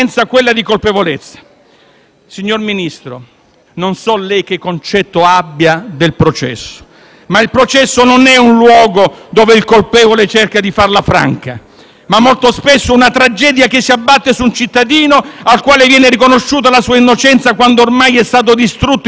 Signor Ministro, non so lei che concetto abbia del processo, ma il processo non è un luogo dove il colpevole cerca di farla franca: molto spesso è una tragedia che si abbatte su un cittadino al quale viene riconosciuta l'innocenza quando ormai è stato distrutto in tutti i suoi valori.